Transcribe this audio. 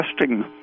testing